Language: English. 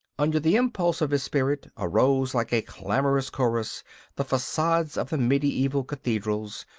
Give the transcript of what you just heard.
under the impulse of his spirit arose like a clamorous chorus the facades of the mediaeval cathedrals,